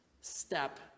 step